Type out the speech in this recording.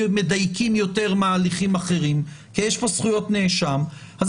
מדייקים יותר מהליכים אחרים כי יש פה זכויות נאשם אז